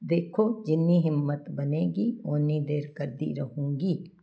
ਦੇਖੋ ਜਿੰਨੀ ਹਿੰਮਤ ਬਣੇਗੀ ਉਨੀ ਦੇਰ ਕਰਦੀ ਰਹੂੰਗੀ